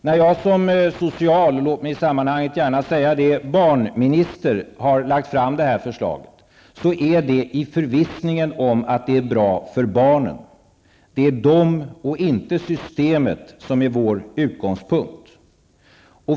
När jag som social -- låt mig i detta sammanhang gärna säga det -- barnminister har lagt fram det här förslaget är det i förvissningen om att det är bra för barnen. Det är barnen och inte systemet som är vår utgångspunkt.